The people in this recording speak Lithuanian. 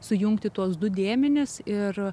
sujungti tuos du dėmenis ir